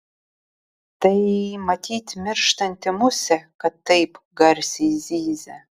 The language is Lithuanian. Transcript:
tai matyt mirštanti musė kad taip garsiai zyzia